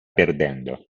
perdendo